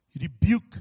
rebuke